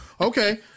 okay